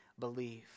believe